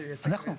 אנחנו.